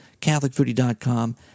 CatholicFoodie.com